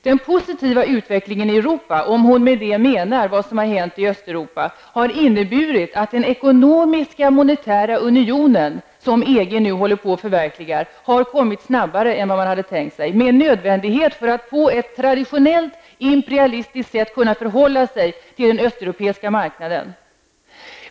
Den positiva utvecklingen i Europa -- om hon med det menar vad som har hänt i Östeuropa -- har inneburit att den ekonomiska monetära unionen, som EG nu håller på att förverkliga, har utvecklats snabbare än vad man hade tänkt sig. Detta är nödvändigt för att man på ett traditionellt imperialistiskt sätt skall kunna förhålla sig till den östeuropeiska marknaden.